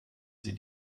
sie